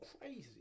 Crazy